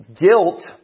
guilt